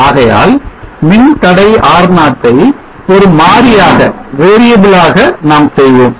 ஆகையால் மின்தடை R0 ட்டை ஒரு மாறியாக நாம் செய்வோம்